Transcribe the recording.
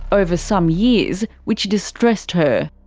over some years, which distressed her.